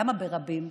למה ברבים?